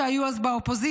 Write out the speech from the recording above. שהיו אז באופוזיציה,